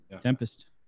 Tempest